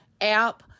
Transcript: app